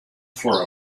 for